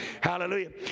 Hallelujah